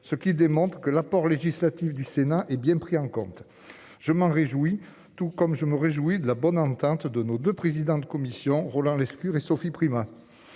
ce qui démontre que l'apport législative du Sénat, hé bien pris en compte, je m'en réjouis, tout comme je me réjouis de la bonne entente de nos 2 présidents de commission Roland Lescure et Sophie Primas.